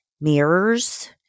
mirrors